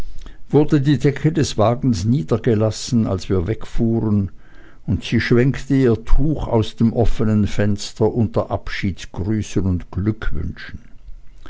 wurde die decke des wagens niedergelassen als wir wegfuhren und sie schwenkte ihr tuch aus dem offenen fenster unter abschiedsgrüßen und